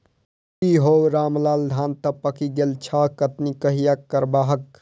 की हौ रामलाल, धान तं पाकि गेल छह, कटनी कहिया करबहक?